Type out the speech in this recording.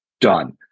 Done